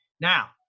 now